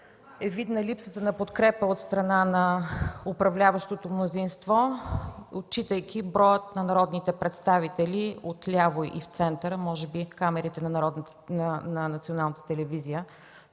видна липсата на подкрепа от страна на управляващото мнозинство, отчитайки броя на народните представители отляво и в центъра. Може би камерите на Националната телевизия